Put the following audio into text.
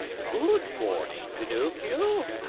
good morning, pinocchio,